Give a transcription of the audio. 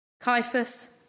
Caiaphas